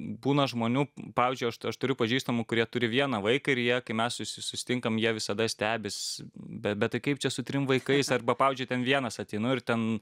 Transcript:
būna žmonių pavyzdžiui aš aš turiu pažįstamų kurie turi vieną vaiką ir jie kai mes susi susitinkam jie visada stebis bet kaip čia su trim vaikais arba pavyzdžiui ten vienas ateinu ir ten